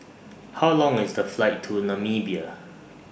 How Long IS The Flight to Namibia